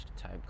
type